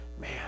man